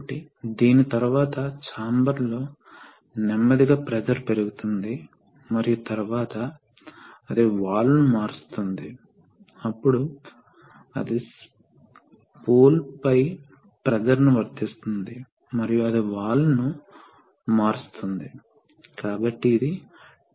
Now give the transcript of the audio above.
కాబట్టి ఇక్కడ సర్క్యూట్ ఉంది మొదట వెంట్ మోడ్ వెంట్ మోడ్లో ఏమి జరుగుతుందో ఈ సర్క్యూట్లో చూడండి మనకు ట్యాంక్ మరియు రిజర్వాయర్ ఉన్నాయి మనకు పంప్ ఉంది మనకు మోటారు ఉంది మనకు రిలీఫ్ వాల్వ్ ఉంది మరియు ఇది సిస్టం వెళ్లే ప్రదేశం